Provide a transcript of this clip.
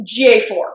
GA4